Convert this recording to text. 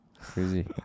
crazy